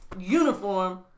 Uniform